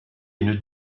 une